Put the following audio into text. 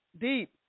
Deep